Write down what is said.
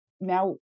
now